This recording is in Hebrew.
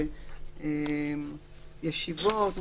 ישיבות,